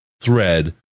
thread